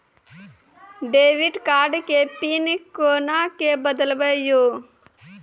Debit card के PIN कोना के बदलबै यो?